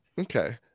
okay